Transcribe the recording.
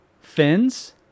fins